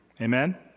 Amen